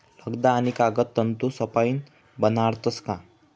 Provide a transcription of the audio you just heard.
लगदा आणि कागद तंतूसपाईन बनाडतस का